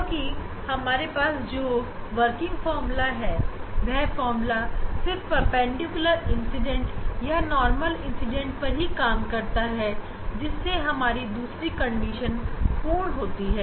क्योंकि हमारे पास जो वर्किंग फार्मूला है वह फार्मूला सिर्फ परपेंडिकुलर इंसिडेंट या नॉर्मल इंसिडेंट पर ही काम करता है जिससे हमारी दूसरी कंडीशन पूर्ण हो जाती है